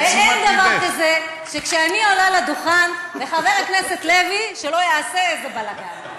אין דבר כזה שאני עולה לדוכן וחבר הכנסת לוי לא יעשה איזה בלגן.